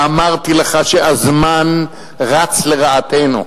ואמרתי לך שהזמן רץ לרעתנו,